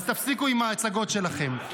אז תפסיקו עם ההצגות שלכם.